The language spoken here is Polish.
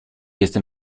jestem